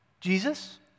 Jesus